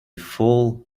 fall